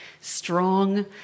strong